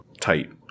tight